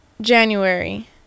January